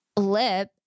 lip